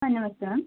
ಆ ನಮಸ್ತೆ ಮ್ಯಾಮ್